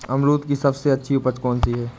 अमरूद की सबसे अच्छी उपज कौन सी है?